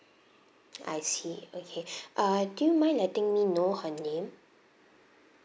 I see okay err do you mind letting me know her name